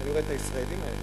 כשאני רואה את הישראלים האלה,